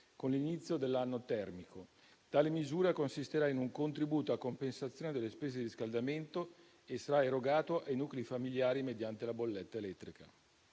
con l'inizio dell'anno termico. Tale misura consisterà in un contributo a compensazione delle spese di riscaldamento, che sarà erogato ai nuclei familiari mediante la bolletta elettrica.